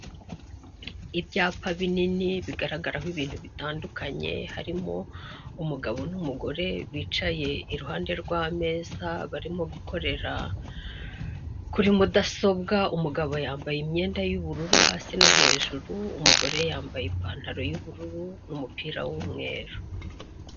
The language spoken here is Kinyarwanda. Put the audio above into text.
Ibyapa binini bigaragaraho ibintu bitandukanye, harimo umugabo n'umugore bicaye iruhande rw'ameza barimo gukorera kuri mudasobwa. Umugabo yambaye imyenda y'ubururu hasi no hejuru, umugore yambaye ipantaro y'ubururu n'umupira w'umweru.